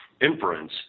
inference